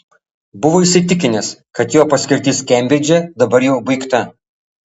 buvo įsitikinęs kad jo paskirtis kembridže dabar jau baigta